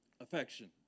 Affection